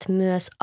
myös